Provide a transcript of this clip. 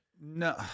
No